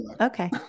Okay